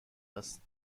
است